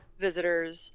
visitors